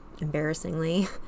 embarrassingly